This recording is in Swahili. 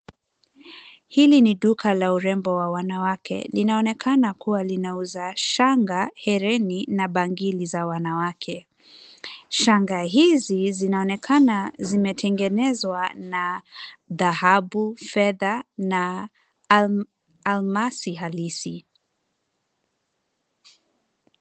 Hili ni duka la urembo wa wanawake linaonekana kuwa linauza shanga hereni na bangili za wanawake shanga hizi zinaonekana zimetengenezwa na dhahabu, fedha na almasi halisi.